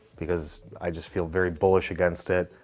because i just feel very bullish against it,